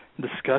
discuss